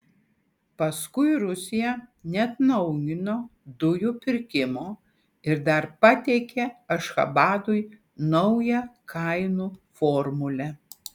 paskui rusija neatnaujino dujų pirkimo ir dar pateikė ašchabadui naują kainų formulę